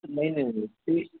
नाही ते